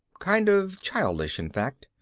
kind of childish, in fact.